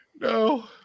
No